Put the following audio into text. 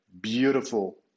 beautiful